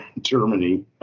Germany